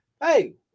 hey